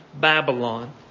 Babylon